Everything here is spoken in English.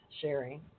sharing